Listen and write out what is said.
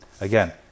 Again